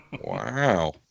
Wow